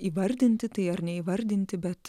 įvardinti tai ar neįvardinti bet